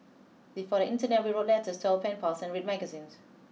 before the internet we wrote letters to our pen pals and read magazines